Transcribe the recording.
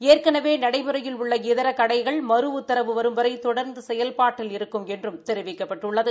ஏற்கனவே நடைமுறையில் உள்ள இதர கடைகள் மறு உத்தரவு வரும் வரை தொடா்ந்து செயல்பாட்டில் இருக்கும் என்றும் தெரிவிக்கப்பட்டுள்ளது